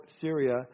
Syria